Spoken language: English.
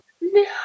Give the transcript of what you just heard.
No